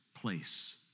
place